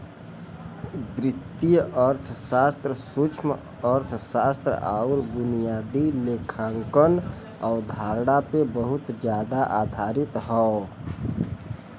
वित्तीय अर्थशास्त्र सूक्ष्मअर्थशास्त्र आउर बुनियादी लेखांकन अवधारणा पे बहुत जादा आधारित हौ